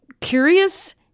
curious